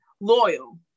loyal